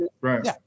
Right